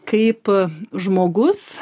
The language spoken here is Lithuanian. kaip žmogus